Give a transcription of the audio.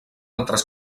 altres